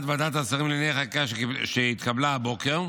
ועדת השרים לענייני חקיקה שהתקבלה הבוקר,